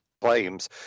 claims